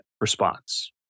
response